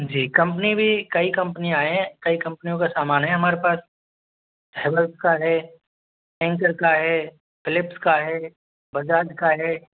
जी company भी कई कंपनियान हैं कई कंपनियों का सामान है हमारे पास हैवेल्स का है एंकर का है फ़िलिप्स का है बजाज का है